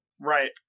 Right